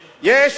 לעיתונאים.